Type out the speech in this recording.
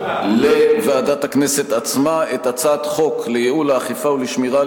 לוועדת הכנסת עצמה את הצעת חוק לייעול האכיפה ולשמירה על